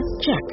Check